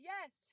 Yes